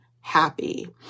happy